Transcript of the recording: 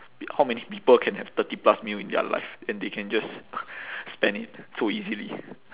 how many people can have thirty plus mil in their life and they can just spend it so easily